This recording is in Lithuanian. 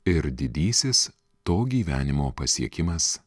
ir didysis to gyvenimo pasiekimas